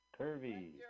Curvy